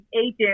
agent